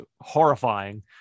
horrifying